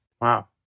Wow